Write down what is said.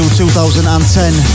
2010